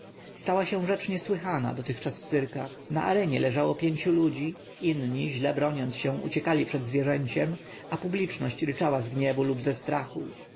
stała się rzecz niesłychana dotychczas w cyrkach na arenie leżało pięciu ludzi inni źle broniąc się uciekali przed zwierzęciem a publiczność ryczała z gniewu lub ze strachu